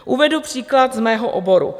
Uvedu příklad z mého oboru.